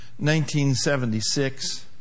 1976